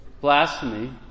Blasphemy